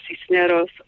Cisneros